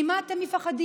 ממה אתם מפחדים?